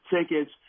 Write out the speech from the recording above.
tickets